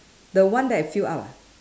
the one that is filled up ah